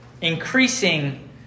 increasing